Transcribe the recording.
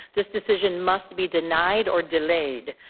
this decision must be denied or delayed.